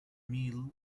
meal